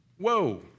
Whoa